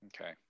okay